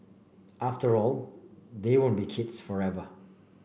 after all they won't be kids forever